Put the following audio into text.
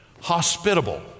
hospitable